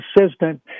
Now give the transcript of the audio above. assistant